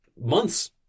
months